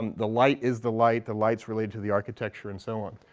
um the light is the light, the light's related to the architecture and so on.